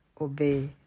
obey